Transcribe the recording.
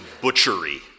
butchery